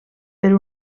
per